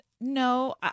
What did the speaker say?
no